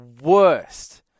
worst